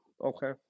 Okay